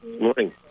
Morning